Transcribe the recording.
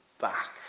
back